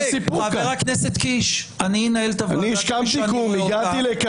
השכמתי קום, הגעתי.